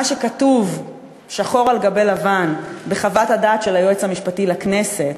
מה שכתוב שחור על גבי לבן בחוות הדעת של היועץ המשפטי לכנסת,